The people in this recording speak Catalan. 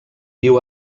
viu